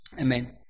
Amen